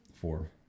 four